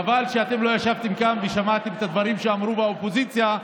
חבל שאתם לא ישבתם כאן ושמעתם את הדברים שאמרו באופוזיציה,